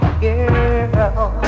girl